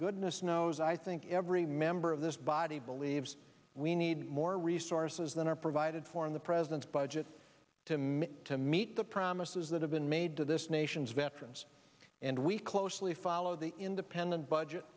goodness knows i think every member of this body believes we need more resources than are provided for in the president's budget to make to meet the promises that have been made to this nation's veterans and we closely follow the independent budget